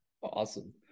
Awesome